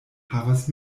havas